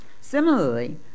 Similarly